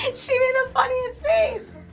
and she made the funniest face.